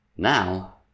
now